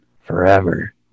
forever